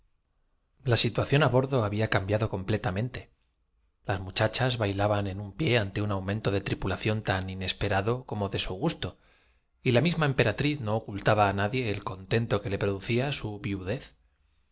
a situación á bordo había cambiado comple tamente las muchachas bailaban alguno á su desesperación tomaron todos el camino en un pié del anacronópete al que llegaron sin contratiempo ante un aumento de tripulación tan inespe para terminar los anales de la contienda civil entre rado como de su gusto y la misma empera triz no ocultaba á nadie el contento los tao ssé y los letrados diremos que vueltas de su que le producía su viudez